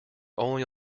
only